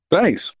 Thanks